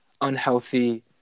unhealthy